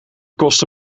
kostte